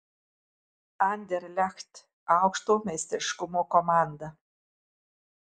anderlecht aukšto meistriškumo komanda